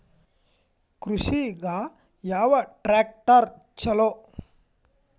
ಕೃಷಿಗ ಯಾವ ಟ್ರ್ಯಾಕ್ಟರ್ ಛಲೋ?